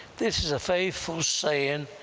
this is a faithful saying,